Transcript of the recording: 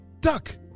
Duck